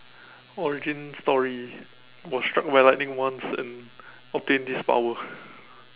origin story was struck by lighting once and obtain this power